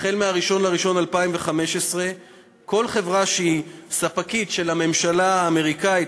החל מ-1 בינואר 2015 כל חברה שהיא ספקית של הממשלה האמריקנית